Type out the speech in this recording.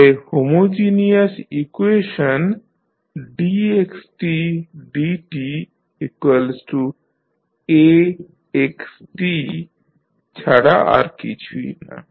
তাহলে homogeneous equation dxdtAxt ছাড়া আর কিছুই না